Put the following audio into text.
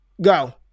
Go